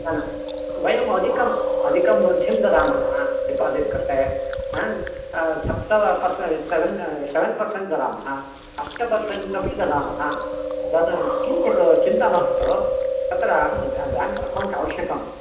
न न वयम् अधिकाम् अधिकां वृद्धिं ददामः डिपोज़िट् कृते सप्त पर्स् सेवन् सेवेन् पर्सेण्ट् ददामः अष्ट पर्सेण्ट् अपि ददामः तद् किञ्चित् चिन्ता मास्तु अत्र बेङ्क् अकौण्ट् आवश्यकं